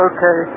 Okay